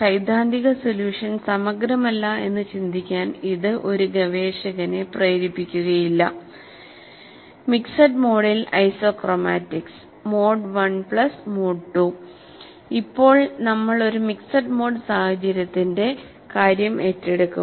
സൈദ്ധാന്തിക സൊല്യൂഷൻ സമഗ്രമല്ല എന്ന് ചിന്തിക്കാൻ ഇത് ഒരു ഗവേഷകനെ പ്രേരിപ്പിക്കുകയില്ല Isochromatics in mixed mode Mode I Mode II mixed മോഡിൽ isochromatics mode I mode II ഇപ്പോൾ നമ്മൾ ഒരു മിക്സഡ് മോഡ് സാഹചര്യത്തിന്റെ കാര്യം ഏറ്റെടുക്കും